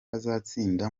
azatsinda